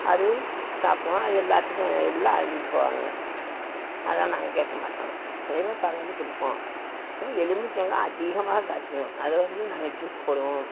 அது சாப்பிடுவோம் எல்லோத்துக்கும் எல்லா அள்ளிட்டு போவாங்க அதை நாங்கள் கேட்க மாட்டோம் அதேமாதிரி பகிர்ந்து கொடுப்போம் அப்புறம் எலுமிச்சங்காய் அதிகமாக காய்க்கிம் அதைவந்து நாங்கள் ஜூஸ் போடுவோம்